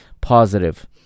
positive